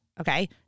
Okay